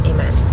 Amen